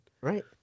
Right